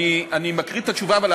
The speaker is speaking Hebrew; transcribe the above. אני מקריא את התשובה,